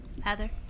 heather